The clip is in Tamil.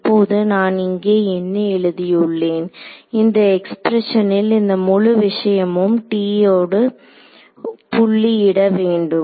இப்போது நான் இங்கே என்ன எழுதியுள்ளேன் இந்த எக்ஸ்பிரஸனில் இந்த முழு விஷயமும் ஓடு புள்ளி இட வேண்டும்